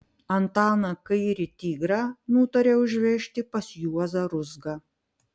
antaną kairį tigrą nutarė užvežti pas juozą ruzgą